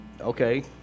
okay